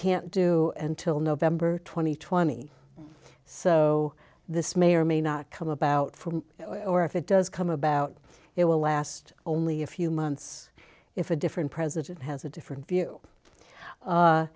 can't do until november twenty twenty so this may or may not come about from or if it does come about it will last only a few months if a different president has a different view